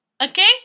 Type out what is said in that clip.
Okay